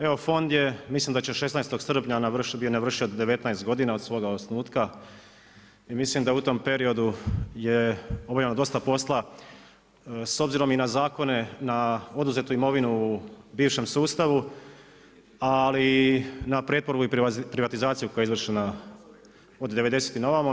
Evo fond je, mislim da će 16. srpnja, je navršio 19 godina od svoga osnutka, i mislim da u tom periodu je obavljeno dosta posla s obzirom i na zakone na oduzetu imovinu u bivšem sustavu ali na pretvorbu i privatizaciju koja je izvršena od devedesetih na ovamo.